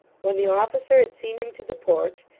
when the officer had seen him to the porch,